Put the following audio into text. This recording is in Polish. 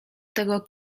tego